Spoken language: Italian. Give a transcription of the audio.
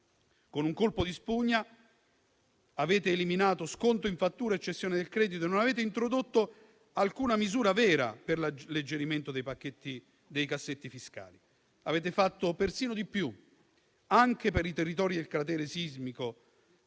Con un colpo di spugna avete eliminato sconto in fattura e cessione del credito e non avete introdotto alcuna misura vera per l'alleggerimento dei pacchetti dei cassetti fiscali. Avete fatto persino di più: anche per i territori del cratere sismico